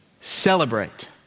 Celebrate